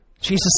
Jesus